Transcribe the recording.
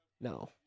No